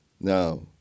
Now